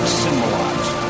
symbolize